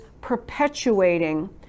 perpetuating